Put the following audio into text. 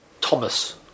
Thomas